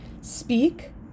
Speak